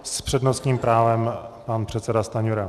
S přednostním právem pan předseda Stanjura.